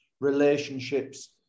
relationships